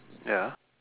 ya